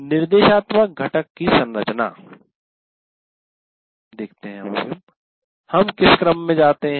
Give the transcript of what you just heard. निर्देशात्मक घटक की संरचना हम किस क्रम में जाते हैं